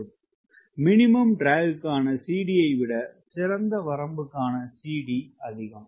slide நேரம் 0846 ஐப் பார்க்கவும் மினிமம் ட்ரக்க்கான CD ஐ விட சிறந்த வரம்புக்கான CD அதிகம்